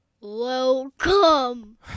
Welcome